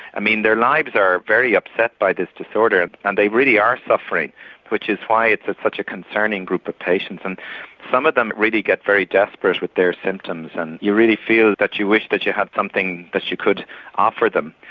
i mean their lives are very upset by this disorder and they really are suffering which is why it's it's such a concerning group of patients and some of them really get very desperate with their symptoms. and you really feel that you wished but you had something that you could offer them.